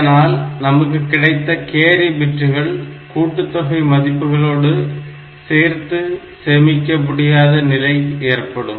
இதனால் நமக்கு கிடைத்த கேரி பிட்டுகள் கூட்டுத்தொகை மதிப்புகளோடு சேர்த்து சேமிக்கப்பட முடியாத நிலை ஏற்படும்